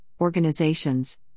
organizations